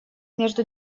между